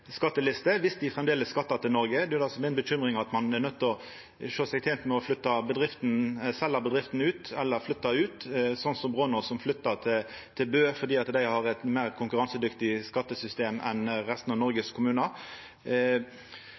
viss dei framleis skattar til Noreg. Det er det som er mi bekymring, at ein er nøydd til å sjå seg tent med å selja bedrifta ut eller flytta ut, sånn som Braanaas, som flytta til Bø fordi dei har eit meir konkurransedyktig skattesystem enn resten av Noregs kommunar.